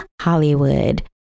Hollywood